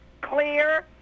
clear